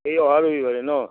এই অহা ৰবিবাৰে ন